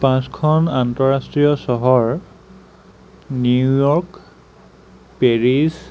পাঁচখন আন্তঃৰাষ্ট্ৰীয় চহৰ নিউ ইয়ৰ্ক পেৰিছ